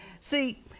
See